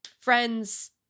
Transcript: friends